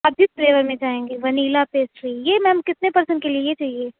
آپ جس فلیور میں چاہیں گے ونیلا پیسٹری یہ میم کتنے پرسن کے لیے چاہیے